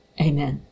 Amen